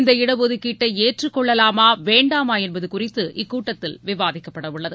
இந்த இடஒதுக்கீட்டை ஏற்றுக்கொள்ளலாமா வேண்டாமா என்பது குறித்து இக்கூட்டத்தில் விவாதிக்கப்பட உள்ளது